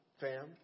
fam